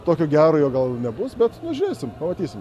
tokio gerojo gal nebus bet žiūrėsim pamatysim